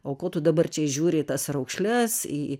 o ko tu dabar čia žiūri į tas raukšles į